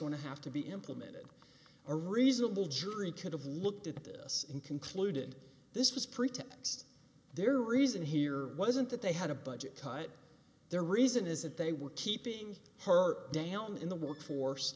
going to have to be implemented a reasonable jury could have looked at this and concluded this was pretext their reason here wasn't that they had a budget cut their reason is that they were keeping her down in the workforce